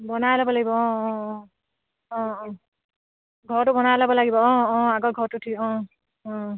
বনাই ল'ব লাগিব অঁ অঁ অ অঁ অঁ ঘৰটো বনাই ল'ব লাগিব অঁ অঁ আগৰ ঘৰটো অঁ অঁ